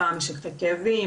פעם משככי כאבים,